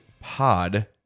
Pod